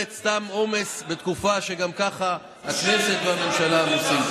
סתם עומס בתקופה שגם ככה הכנסת והממשלה עמוסות.